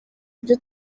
ibyo